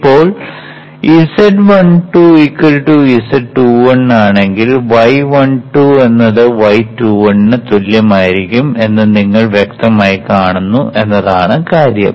ഇപ്പോൾ z12 z21 ആണെങ്കിൽ y12 എന്നത് y21 ന് തുല്യമായിരിക്കും എന്ന് നിങ്ങൾ വ്യക്തമായി കാണുന്നു എന്നതാണ് കാര്യം